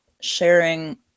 sharing